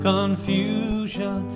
Confusion